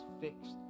fixed